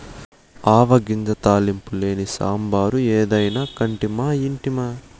ఆవ గింజ తాలింపు లేని సాంబారు ఏదైనా కంటిమా ఇంటిమా